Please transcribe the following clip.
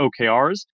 OKRs